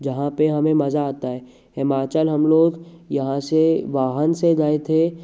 जहाँ पे हमें मजा आता है हिमाचल हम लोग यहाँ से वाहन से गए थे